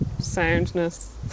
soundness